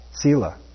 sila